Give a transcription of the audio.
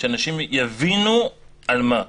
שאנשים יבינו על מה.